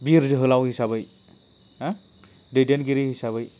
बिर जोहोलाव हिसाबै हा दैदेनगिरि हिसाबै